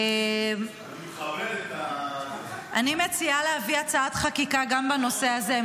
אני מכבד --- אני מציעה להביא הצעת חקיקה גם בנושא הזה.